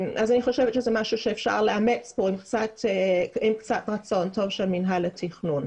אני חושבת שזה משהו שאפשר לאמץ עם קצת רצון טוב של מינהל התכנון.